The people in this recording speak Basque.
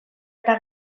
eta